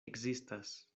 ekzistas